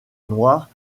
noir